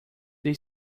they